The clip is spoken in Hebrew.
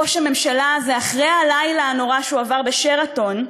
ראש הממשלה הזה, אחרי הלילה הנורא שעבר ב"שרתון",